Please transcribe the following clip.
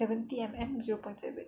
seventy M_M zero point seven